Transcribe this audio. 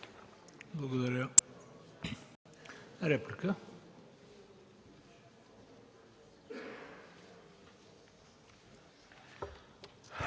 благодаря. Реплики?